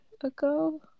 ago